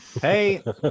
Hey